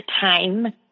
time